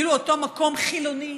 כאילו, אותו מקום חילוני